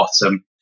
bottom